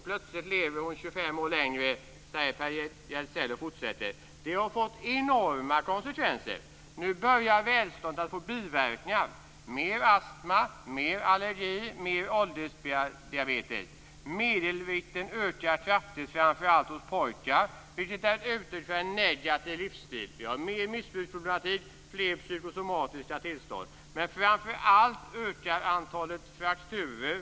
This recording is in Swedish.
Plötsligt lever hon 25 år längre, säger Gärdsell och fortsätter med att säga att det har fått enorma konsekvenser. Nu börjar välståndet att få biverkningar. Det blir mer astma, mer allergi och mer åldersdiabetes. Medelvikten ökar kraftigt, framför allt hos pojkar, vilket är ett uttryck för en negativ livsstil. Det är mer missbruksproblematik och fler psykosomatiska tillstånd. Framför allt ökar antalet frakturer.